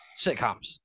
sitcoms